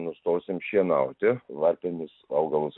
nustosim šienauti varpinius augalus